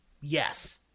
yes